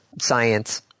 science